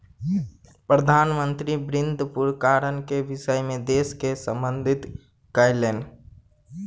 प्रधान मंत्री विमुद्रीकरण के विषय में देश के सम्बोधित कयलैन